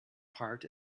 part